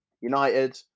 United